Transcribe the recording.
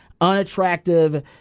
unattractive